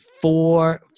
four